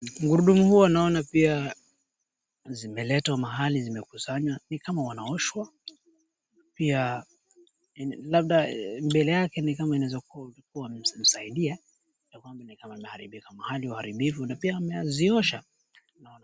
Gurudumu huu naona pia zimeletwa mahali zimekusanywa, ni kama wanaoshwa pia mbele yake ni kama inaeza kuwa wamemsaidia ama nikama imeharibika mahali uharibifu na pia ameziosha.